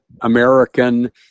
American